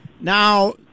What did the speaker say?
now